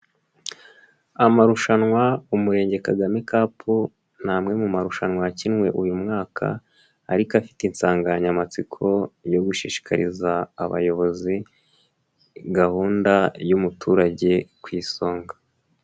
Amarushanwa Umurenge Kagame Cup ni amwe mu marushanwa yakinwe uyu mwaka ariko afite insanganyamatsiko yo gushishikariza abayobozi gahunda y'umuturage ku isonga.